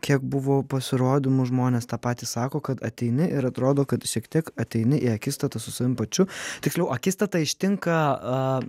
kiek buvo pasirodymų žmonės tą patį sako kad ateini ir atrodo kad šiek tiek ateini į akistatą su savim pačiu tiksliau akistata ištinka